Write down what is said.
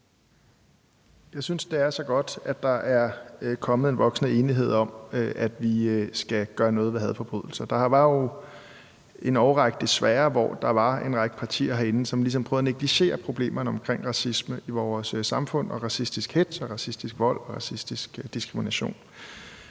Jeg synes, det er så godt, at der er kommet en voksende enighed om, at vi skal gøre noget ved hadforbrydelser. Der var jo desværre en årrække, hvor der var en række partier herinde, som ligesom prøvede at negligere problemerne omkring racisme i vores samfund og racistisk hetz og racistisk vold og racistisk diskrimination.